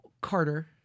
Carter